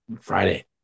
Friday